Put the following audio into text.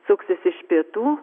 suksis iš pietų